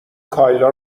کایلا